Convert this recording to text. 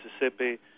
Mississippi